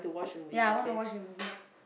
ya I wanna watch the movie